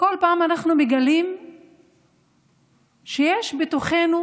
בכל פעם אנחנו מגלים שיש בתוכנו